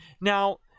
Now